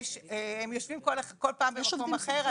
הם יושבים בכל פעם במקום אחר,